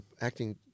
acting